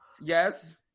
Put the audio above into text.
Yes